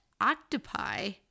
Octopi